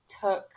took